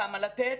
כמה לתת,